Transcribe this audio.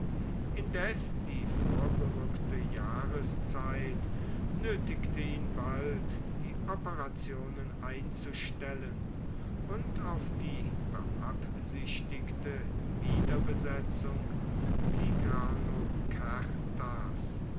indes die vorgerückte jahreszeit nötigte ihn bald die operationen einzustellen und auf die beabsichtigte wiederbesetzung